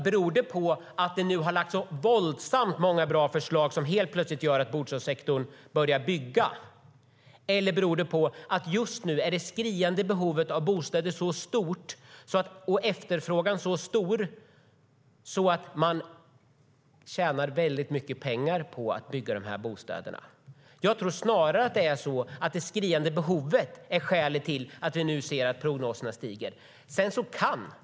Beror den på att det har lagts fram så våldsamt många bra förslag som helt plötsligt gör att bostadssektorn börjar bygga, eller beror den på att det skriande behovet av bostäder just nu är så stort och efterfrågan så stor att man tjänar väldigt mycket pengar på att bygga de här bostäderna? Jag tror snarare att det skriande behovet är skälet till att vi nu ser att prognoserna stiger.